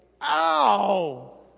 Ow